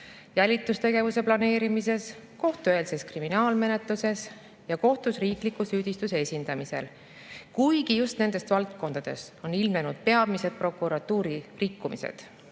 jälitustegevuse planeerimisel, kohtueelses kriminaalmenetluses ja kohtus riikliku süüdistuse esindamisel, kuigi just nendes valdkondades on ilmnenud peamised prokuratuuri rikkumised.